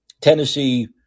Tennessee